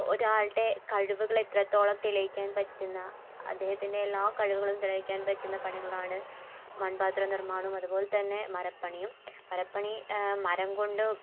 ഒരാളുടെ കഴിവുകൾ എത്രത്തോളം തെളിയിക്കാൻ പറ്റുന്നു അദ്ദേഹത്തിൻ്റെ എല്ലാ കഴിവുകളും തെളിയിക്കാൻ പറ്റുന്ന പണികളാണ് മൺപാത്ര നിർമ്മാണവും അതുപോലെത്തന്നെ മരപ്പണിയും മരപ്പണി മരംകൊണ്ട്